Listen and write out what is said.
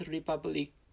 Republic